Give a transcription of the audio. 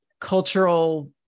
cultural